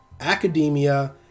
academia